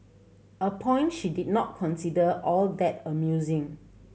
a point she did not consider all that amusing